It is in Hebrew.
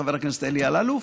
חבר הכנסת אלי אלאלוף,